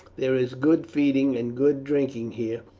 there is good feeding and good drinking here,